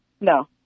No